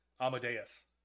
Amadeus